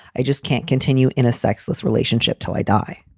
i just can't continue in a sexless relationship till i die.